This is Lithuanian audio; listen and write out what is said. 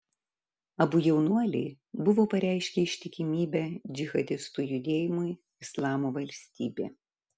abu jaunuoliai buvo pareiškę ištikimybę džihadistų judėjimui islamo valstybė